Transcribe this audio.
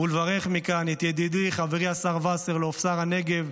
ולברך מכאן את ידידי השר וסרלאוף, שר הנגב,